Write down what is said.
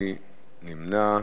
מי נמנע?